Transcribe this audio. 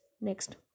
Next